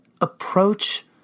approach